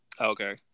Okay